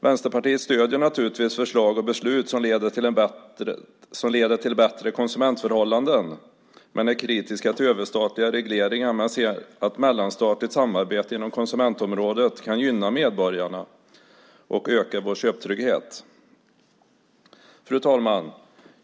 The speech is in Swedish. Vänsterpartiet stöder naturligtvis förslag och beslut som leder till bättre konsumentförhållanden men är kritiskt till överstatliga regleringar. Vi ser dock att mellanstatligt samarbete inom konsumentområdet kan gynna medborgarna och öka vår köptrygghet. Fru talman!